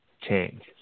change